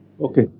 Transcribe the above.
Okay